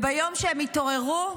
ביום שהם יתעוררו,